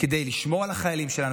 כדי לשמור על החיילים שלנו,